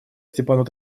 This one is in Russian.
степану